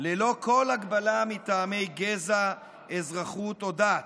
ללא כל הגבלה מטעמי גזע, אזרחות או דת.